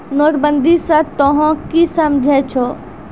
नोटबंदी स तों की समझै छौ